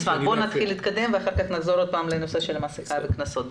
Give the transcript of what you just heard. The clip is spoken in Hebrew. נתקדם ואחר כך נחזור לנושא המסכה והקנסות.